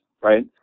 right